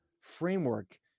framework